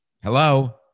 Hello